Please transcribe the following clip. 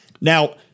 Now